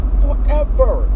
forever